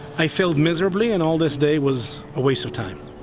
i'd feel miserably and all this day was a waste of time,